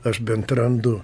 aš bent randu